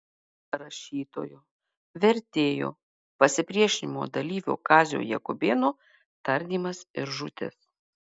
rašytojo vertėjo pasipriešinimo dalyvio kazio jakubėno tardymas ir žūtis